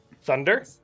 thunder